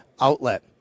outlet